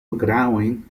growing